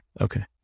Okay